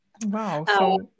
Wow